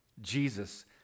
Jesus